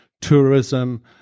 tourism